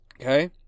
okay